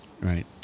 Right